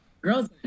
girls